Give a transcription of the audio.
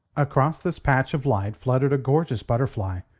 across this patch of light fluttered a gorgeous butterfly,